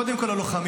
קודם כול ללוחמים,